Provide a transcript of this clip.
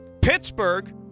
Pittsburgh